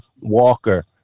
Walker